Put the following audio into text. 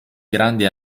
grandi